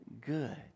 good